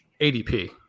ADP